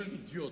כל אידיוט,